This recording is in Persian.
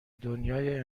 دنیای